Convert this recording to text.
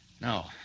No